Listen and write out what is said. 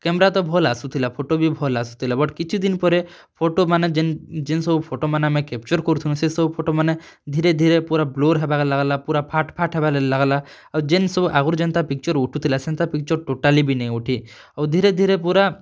camera ତ ଭଲ ଆସୁଥିଲା ଫୋଟୋ ବି ଭଲ ଆସୁଥିଲା ବଟ କିଛି ଦିନ ପରେ ଫୋଟୋ ମାନେ ଜେନ ଜେନ ସବୁ ଫୋଟୋ ମାନେ ଆମେ କ୍ୟାପଚର କରୁଥୁନୁ ସେ ସବୁ ଫୋଟୋ ମାନେ ଧିରେ ଧିରେ ପୁରା ବ୍ଲର ହବାକେ ଲାଗଲା ପୁରା ଫାଟ ଫାଟ ହେବାରେ ଲାଗଲା ଆଉ ଜେନ ସବୁ ଆଗରୁ ଯେନତା ପିକଚର ଉଠୁଥିଲା ସେନତା ପିକଚର ଟୋଟାଲିବି ନେଇଁ ଉଠି ଆଉ ଧିରେ ଧିରେ ପୁରା